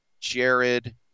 Jared